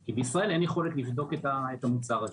כי בישראל אין יכולת לבדוק את המוצר הזה.